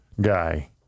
guy